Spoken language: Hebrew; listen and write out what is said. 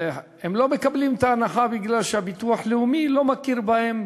והם לא מקבלים את ההנחה מפני שהביטוח הלאומי לא מכיר בהם